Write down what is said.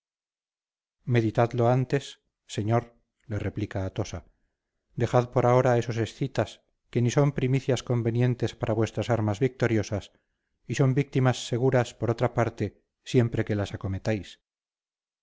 meditadlo antes señor le replica atosa dejad por ahora esos escitas que ni son primicias convenientes para vuestras armas victoriosas y son víctimas seguras por otra parte siempre que las acometáis